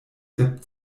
der